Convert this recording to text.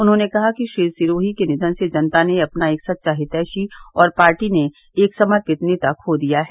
उन्होंने कहा कि श्री सिरोही के निधन से जनता ने अपना एक सच्चा हितैषी और पार्टी ने एक समर्पित नेता खो दिया है